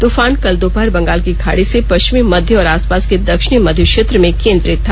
तुफान कल दोपहर बंगाल की खाड़ी से पश्चिमी मध्य और आसपास के दक्षिणी मध्य क्षेत्र में केंद्रित था